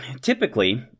typically